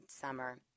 summer